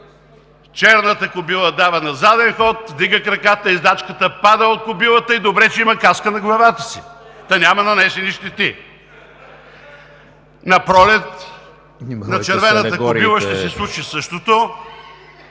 черната кобила дава на заден ход, вдига краката, ездачката пада от кобилата и добре, че има каска на главата си, та няма нанесени щети. Напролет на червената кобила ще й се случи същото,